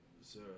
Sir